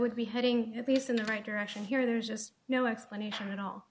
would be heading at least in the right direction here there's just no explanation at all